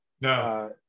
no